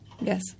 Yes